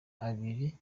abiri